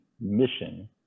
mission